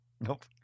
Nope